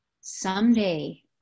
someday